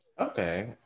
Okay